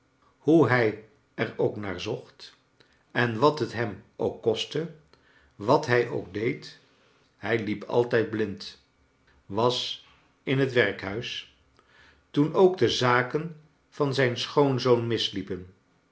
hoe hij er ook naar zocht en wat t hem ook kostte wat hij ook deed hij liep altijd blind was in het werkhuis toen ook de zaken van zijn schoonzoon misliepen